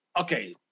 Okay